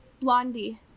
Blondie